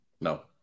No